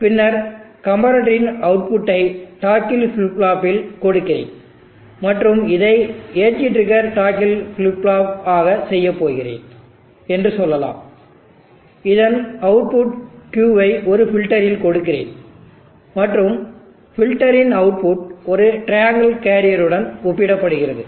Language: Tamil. பின்னர் கம்பரட்டர் இன் அவுட்புட்டை டாக்கில் ஃபிளிப் ஃப்ளாப்பில் கொடுக்கிறேன் மற்றும் இதை எஜ் ட்ரிக்கர் டாக்கில் ஃபிளிப் ஃப்ளாப் ஆக செய்யப் போகிறேன் என்று சொல்லலாம் இதன் அவுட்புட் Q வை ஒரு பில்டரில் கொடுக்கிறேன் மற்றும் பில்டரின் அவுட்புட் ஒரு ட்ரையாங்கிள் கேரியருடன் ஒப்பிடப்படுகிறது